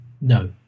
No